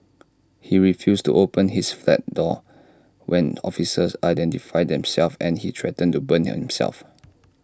he refused to open his flat door when officers identified themselves and he threatened to burn himself